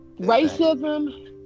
Racism